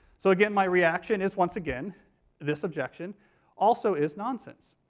so again my reaction is once again this objection also is nonsense.